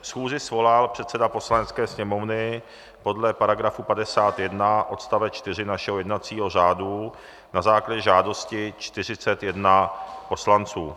Schůzi svolal předseda Poslanecké sněmovny podle § 51 odst. 4 našeho jednacího řádu na základě žádosti 41 poslanců.